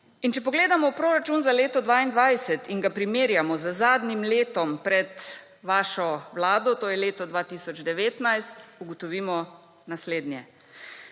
In če pogledamo proračun za leto 2022 in ga primerjamo z zadnjim letom pred vašo vlado, to je leto 2019, ugotovimo naslednje.